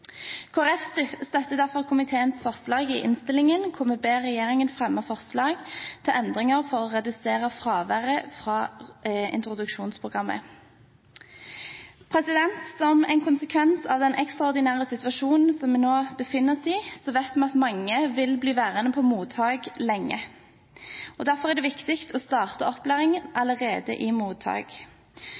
støtter derfor komiteens forslag i innstillingen, hvor vi ber regjeringen fremme forslag til endringer for å redusere fraværet fra introduksjonsprogrammet. Som en konsekvens av den ekstraordinære situasjonen vi nå befinner oss i, vet vi at mange vil bli værende på mottak lenge. Derfor er det viktig å starte opplæringen allerede i mottak.